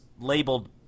labeled